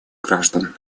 граждан